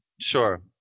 Sure